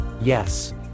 yes